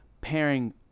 pairing